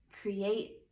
create